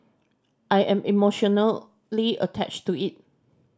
I am emotionally attached to it